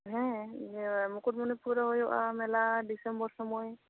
ᱦᱮᱸ ᱢᱩᱠᱩᱴᱢᱚᱱᱤ ᱨᱮ ᱦᱩᱭᱩᱜᱼᱟ ᱢᱮᱱᱟ ᱰᱤᱥᱮᱢᱵᱚᱨ ᱥᱳᱢᱚᱭ